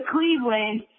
Cleveland